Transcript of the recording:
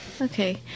Okay